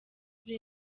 kuri